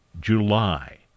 July